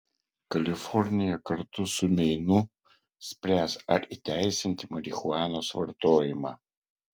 kalifornija kartu su meinu spręs ar įteisinti marihuanos vartojimą